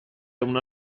una